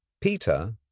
Peter